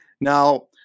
Now